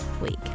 week